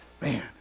man